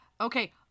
Okay